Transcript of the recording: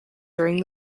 during